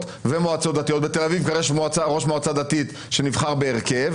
ומועצות דתיות בתל אביב וראש מועצה דתית שנבחר בהרכב,